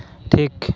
ᱴᱷᱤᱠ